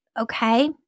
Okay